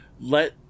let